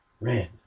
red